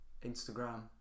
Instagram